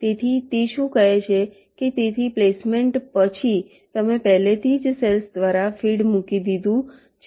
તેથી તે શું કહે છે કે તેથી પ્લેસમેન્ટ પછી તમે પહેલેથી જ સેલ્સ દ્વારા ફીડ મૂકી દીધું છે